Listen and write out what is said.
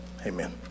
Amen